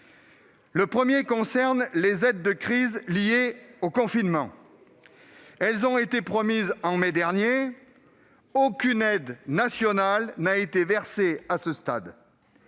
Le premier vice concerne les aides de crise liées au confinement. Elles ont été promises au mois de mai dernier. Pourtant, aucune aide nationale n'a été versée à ce stade.